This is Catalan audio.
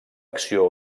acció